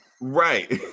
Right